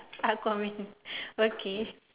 aqua man okay